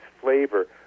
flavor